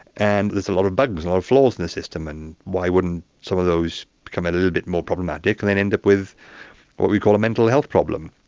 and there's a lot of bugs and a lot of flaws in the system and why wouldn't some of those become a little more problematic and then end up with what we call a mental health problem.